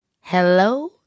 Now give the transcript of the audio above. hello